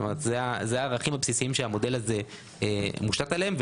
אלה הערכים הבסיסיים שהמודל הזה מושתת עליהם.